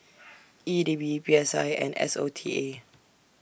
E D B P S I and S O T A